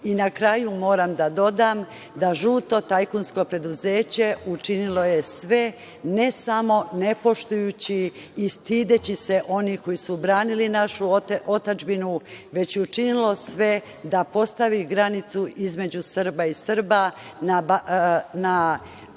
kraju moram da dodam da žuto tajkunsko preduzeće učinilo je sve ne samo ne poštujući i stideći se oni koji su branili našu otadžbinu, već je učinilo sve da postavi granicu između Srba i Srba na Jarinju.